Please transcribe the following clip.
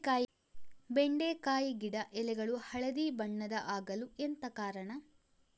ಬೆಂಡೆಕಾಯಿ ಗಿಡ ಎಲೆಗಳು ಹಳದಿ ಬಣ್ಣದ ಆಗಲು ಎಂತ ಕಾರಣ?